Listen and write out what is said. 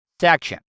section